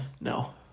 No